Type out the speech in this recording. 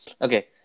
Okay